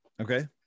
Okay